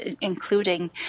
including